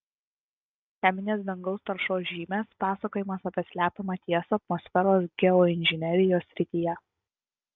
cheminės dangaus taršos žymės pasakojimas apie slepiamą tiesą atmosferos geoinžinerijos srityje